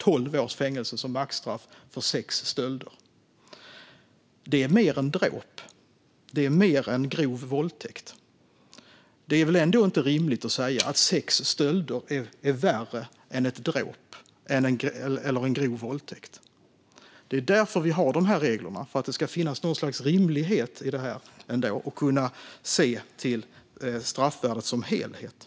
Det är mer än maxstraffet för dråp eller grov våldtäkt. Det kan inte vara rimligt att sex stölder är värre än ett dråp eller en grov våldtäkt. Vi har dessa regler för att det ska finnas något slags rimlighet och för att kunna se till straffvärdet som helhet.